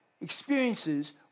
experiences